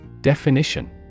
Definition